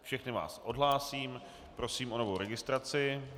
Všechny vás odhlásím, prosím o novou registraci.